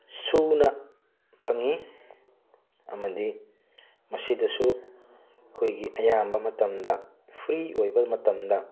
ꯁꯨꯅ ꯐꯪꯉꯤ ꯑꯃꯗꯤ ꯃꯁꯤꯗꯁꯨ ꯑꯩꯈꯣꯏꯒꯤ ꯑꯌꯥꯝꯕ ꯃꯇꯝꯗ ꯐ꯭ꯔꯤ ꯑꯣꯏꯕ ꯃꯇꯝꯗ